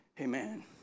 amen